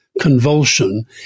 convulsion